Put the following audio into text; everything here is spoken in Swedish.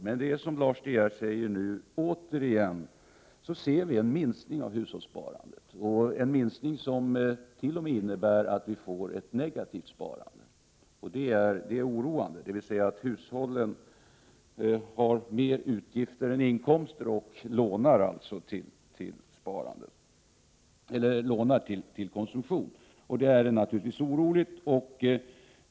Men, som Lars De Geer också säger, ser vi återigen en minskning av hushållssparandet — en minskning som t.o.m. innebär att vi får ett negativt sparande. Hushållen har större utgifter än inkomster och lånar alltså till konsumtion. Detta är naturligtvis oroande.